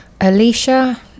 Alicia